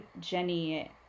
jenny